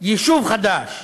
יישוב חדש.